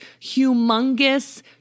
humongous